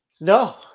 No